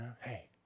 Hey